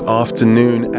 afternoon